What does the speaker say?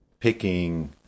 picking